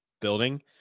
building